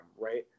right